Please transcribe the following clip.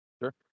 Sure